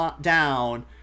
down